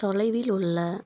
தொலைவில் உள்ள